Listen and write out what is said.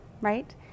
right